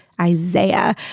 Isaiah